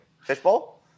Fishbowl